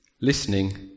Listening